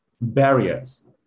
barriers